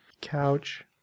couch